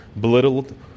belittled